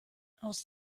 aus